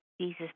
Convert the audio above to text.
Jesus